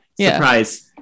surprise